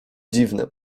dziwne